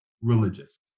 religious